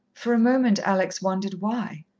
for a moment alex wondered why.